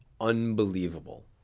unbelievable